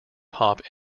hop